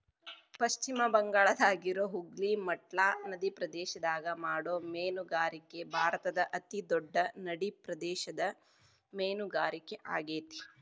ಪಶ್ಚಿಮ ಬಂಗಾಳದಾಗಿರೋ ಹೂಗ್ಲಿ ಮಟ್ಲಾ ನದಿಪ್ರದೇಶದಾಗ ಮಾಡೋ ಮೇನುಗಾರಿಕೆ ಭಾರತದ ಅತಿ ದೊಡ್ಡ ನಡಿಪ್ರದೇಶದ ಮೇನುಗಾರಿಕೆ ಆಗೇತಿ